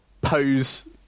pose